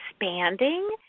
expanding